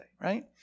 right